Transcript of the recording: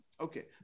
Okay